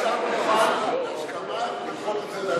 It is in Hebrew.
השר מוכן לדחות את זה.